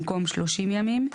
במקום "30 ימים"